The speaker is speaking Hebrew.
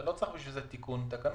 אתה לא צריך בשביל זה תיקון תקנות.